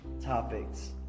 topics